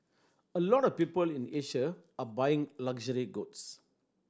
a lot of people in Asia are buying luxury goods